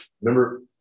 Remember